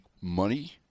money